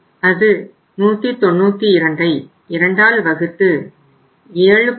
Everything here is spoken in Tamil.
அது 1922 x 7